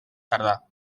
tardà